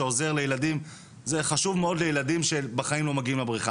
שחשוב מאוד לילדים שבחיים לא מגיעים לבריכה.